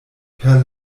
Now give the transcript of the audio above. per